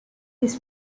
his